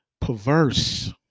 perverse